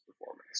performance